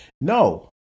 No